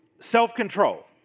self-control